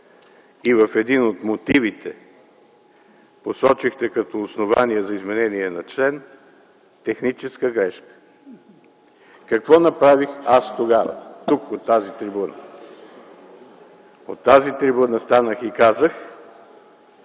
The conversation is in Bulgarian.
и в един от мотивите посочихте като основание за изменение на член техническа грешка? Какво направих аз тогава тук, от тази трибуна? Станах и казах